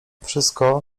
wszystko